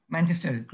Manchester